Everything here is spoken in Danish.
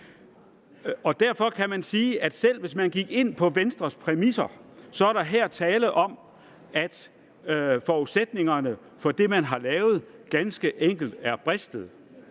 Derfor kan man sige, at selv hvis man gik ind på Venstres præmisser, er der her tale om, at forudsætningerne for det, man har lavet, ganske enkelt er bristet.